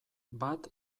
bat